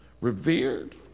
revered